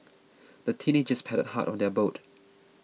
the teenagers paddled hard on their boat